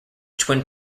twin